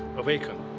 awaken.